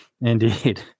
Indeed